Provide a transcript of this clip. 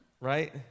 right